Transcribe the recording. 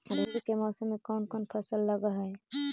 रवि के मौसम में कोन कोन फसल लग है?